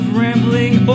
rambling